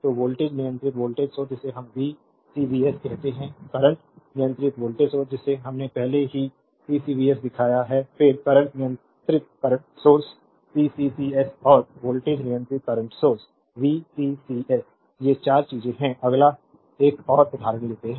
तो वोल्टेज नियंत्रित voltage source जिसे हम वीसीवीएस कहते हैं करंट नियंत्रित वोल्टेज सोर्स जिसे हमने पहले ही सीसीवीएस दिखाया है फिर करंट नियंत्रित करंट सोर्स सीसीसीएस और वोल्टेज नियंत्रित करंट सोर्स वीसीसीएस ये 4 चीजें हैं अगला एक और उदाहरण लेते हैं